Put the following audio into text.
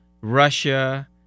Russia